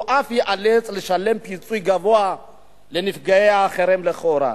והוא אף ייאלץ לשלם פיצוי גבוה לנפגעי החרם לכאורה.